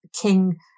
King